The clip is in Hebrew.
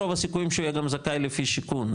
רוב הסיכויים שהוא יהיה גם זכאי לפי שיכון,